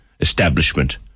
establishment